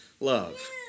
love